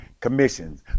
commissions